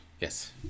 Yes